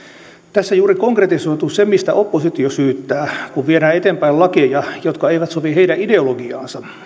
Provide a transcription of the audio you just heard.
tässä juuri konkretisoituu se mistä oppositio syyttää kun viedään eteenpäin lakeja jotka eivät sovi heidän ideologiaansa